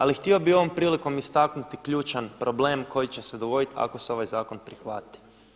Ali htio bih ovom prilikom istaknuti ključan problem koji će se dogoditi ako se ovaj zakon prihvati.